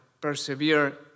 persevere